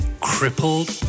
crippled